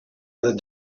other